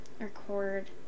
record